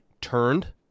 turned